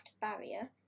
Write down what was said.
barrier